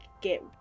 get